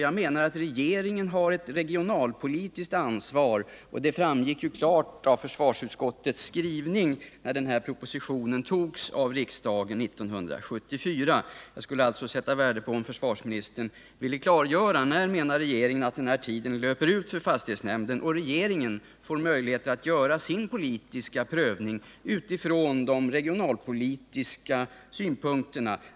Jag menar att regeringen har ett regionalpolitiskt ansvar — och det framgick klart av försvarsutskottets skrivning i samband med att propositionen antogs av riksdagen 1974. Jag skulle alltså sätta värde på om försvarsministern ville klargöra när enligt regeringens mening den här tidsfristen löper ut för fastighetsnämnden och regeringen får möjligheter att göra sin politiska prövning utifrån regionalpolitiska synpunkter.